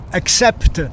accept